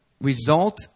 result